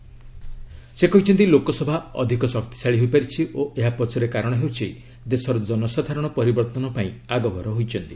ଶୀ ମୋଦି କହିଛନ୍ତି ଲୋକସଭା ଅଧିକ ଶକ୍ତଶାଳୀ ହୋଇପାରିଛି ଓ ଏହା ପଛରେ କାରଣ ହେଉଛି ଦେଶର ଜନସାଧାରଣ ପରିବର୍ତ୍ତନ ପାଇଁ ଆଗଭର ହୋଇଛନ୍ତି